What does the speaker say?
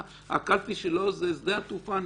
הקלפי שלו זה שדה התעופה.